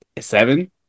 seven